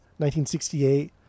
1968